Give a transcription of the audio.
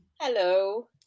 Hello